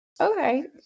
Okay